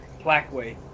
Blackway